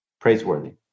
praiseworthy